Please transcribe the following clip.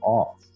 off